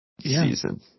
season